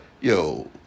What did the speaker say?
Yo